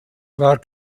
war